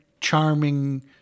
charming